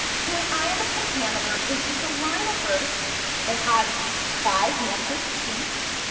so in iambic pentameter, is just a line of verse that has five metric feet,